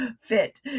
fit